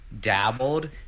dabbled